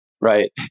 right